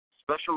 special